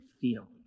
feel